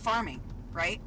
farming right